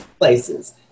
places